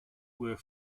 were